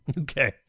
Okay